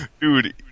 dude